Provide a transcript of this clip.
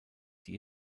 die